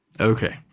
Okay